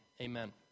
amen